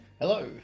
Hello